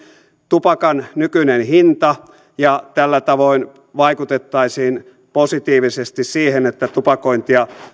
tupakan nykyinen hinta ja tällä tavoin vaikutettaisiin positiivisesti siihen että tupakointia